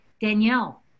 Danielle